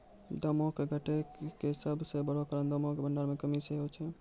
दामो के घटै के सभ से बड़ो कारण दामो के भंडार मे कमी सेहे छै